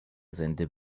زنده